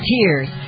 tears